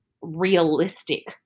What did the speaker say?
realistic